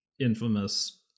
infamous